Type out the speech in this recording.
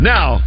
Now